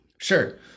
Sure